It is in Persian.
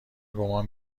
گمان